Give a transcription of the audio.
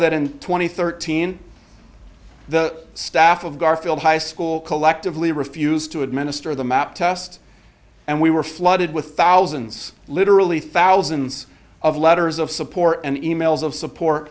and thirteen the staff of garfield high school collectively refused to administer the map test and we were flooded with thousands literally thousands of letters of support and emails of support